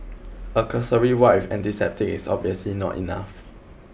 a cursory wipe with antiseptic is obviously not enough